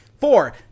Four